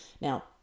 now